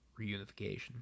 reunification